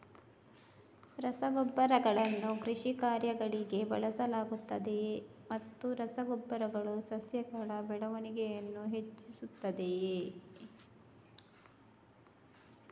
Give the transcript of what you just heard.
ರಸಗೊಬ್ಬರಗಳನ್ನು ಕೃಷಿ ಕಾರ್ಯಗಳಿಗೆ ಬಳಸಲಾಗುತ್ತದೆಯೇ ಮತ್ತು ರಸ ಗೊಬ್ಬರಗಳು ಸಸ್ಯಗಳ ಬೆಳವಣಿಗೆಯನ್ನು ಹೆಚ್ಚಿಸುತ್ತದೆಯೇ?